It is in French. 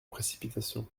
précipitation